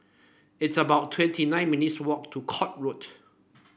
it's about twenty nine minutes' walk to Court Road